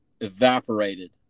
evaporated